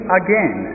again